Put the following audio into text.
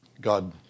God